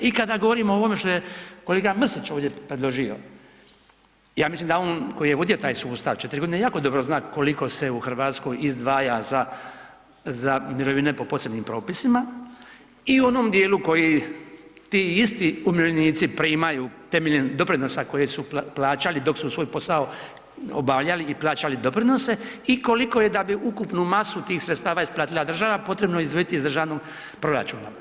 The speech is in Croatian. I kada govorimo o ovome što je kolega Mrsić ovdje predložio ja mislim da on koji je vodio taj sustav 4 godine jako dobro zna koliko se u Hrvatskoj izdvaja za mirovine po posebnim propisima i u onom dijelu koji ti isti umirovljenici primaju temeljem doprinosa dok su plaćali dok su svoj posao obavljali i plaćali doprinose i koliko je da bi ukupnu masu tih sredstava isplatila država potrebno izdvojiti iz državnog proračuna.